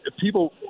people